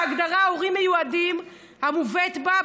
בהגדרה "הורים מיועדים" המובאת בה,